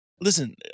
Listen